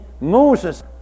Moses